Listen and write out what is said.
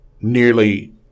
nearly